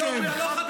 על מה אתה מדבר?